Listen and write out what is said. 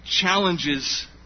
challenges